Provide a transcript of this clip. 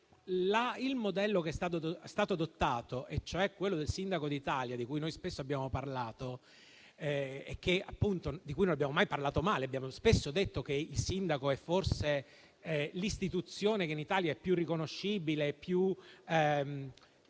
sul modello che è stato adottato, quello del sindaco d'Italia, di cui spesso abbiamo parlato e di cui non abbiamo mai parlato male. Abbiamo spesso detto che il sindaco è forse l'istituzione che in Italia è più riconoscibile e